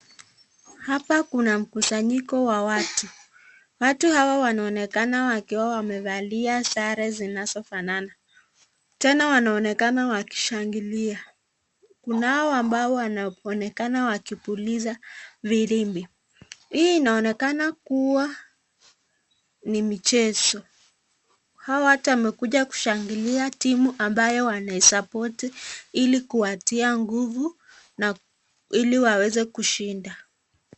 Hapa kuna mkusanyiko wa watu. Watu hawa wanaonekana wakiwa wamevalia sare zinazofanana. Tena wanaonekana wakishangilia. Kunao ambao wanaonekana wakipuliza virimbi. Hii inaonekana kuwa ni michezo. Hao wote wamekuja kushangilia timu ambayo wanaisupporti ili kuwatia nguvu na ili waweze kushinda.